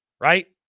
right